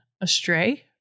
astray